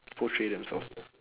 portray themself